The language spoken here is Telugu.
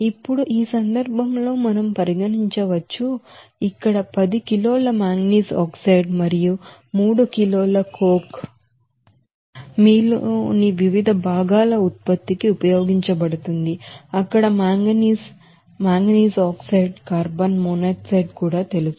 ఇప్పుడు ఈ సందర్భంలో మనం పరిగణించవచ్చు ఇక్కడ 10 కిలోల మాంగనీస్ ఆక్సైడ్ మరియు 3 కిలోల coke మీలోని వివిధ భాగాల ఉత్పత్తికి ఉపయోగించబడుతుంది అక్కడ manganese manganese oxide carbon monoxide కూడా తెలుసు